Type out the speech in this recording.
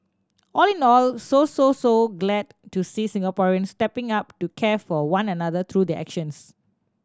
all in all so so so glad to see Singaporeans stepping up to care for one another through their actions